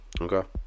Okay